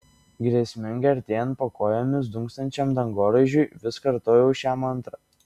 grėsmingai artėjant po kojomis dunksančiam dangoraižiui vis kartoju šią mantrą